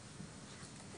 (ב)".